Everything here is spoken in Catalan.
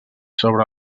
sobre